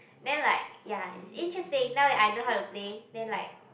then like ya it's interesting now that I know how to play then like